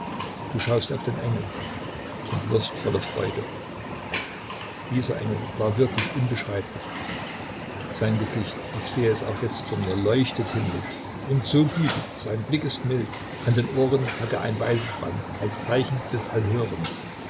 du schaust auf den engel und wirst voller freude dieser engel war wirklich unbeschreiblich sein gesicht ich sehe es auch jetzt vor mir leuchtet himmlisch und so gütig sein blick ist mild an den ohren hat er ein weißes band als zeichen des allhörens